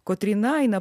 kotryna eina